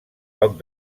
poc